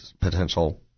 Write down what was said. potential